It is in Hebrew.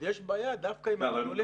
יש בעיה דווקא עם התבלינים.